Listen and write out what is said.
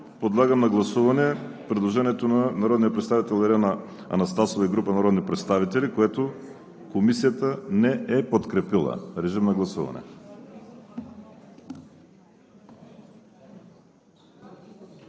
подлагам на гласуване предложението на народния представител Ирена Анастасова и група народни представители, което Комисията не е подкрепила. Гласували